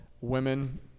women